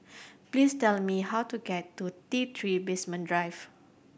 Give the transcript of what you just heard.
please tell me how to get to T Three Basement Drive